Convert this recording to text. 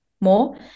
more